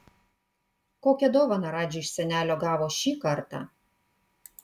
kokią dovaną radži iš senelio gavo šį kartą